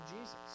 Jesus